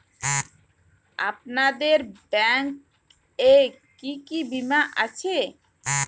আপনাদের ব্যাংক এ কি কি বীমা আছে?